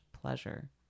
pleasure